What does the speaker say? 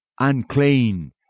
Unclean